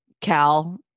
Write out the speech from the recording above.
Cal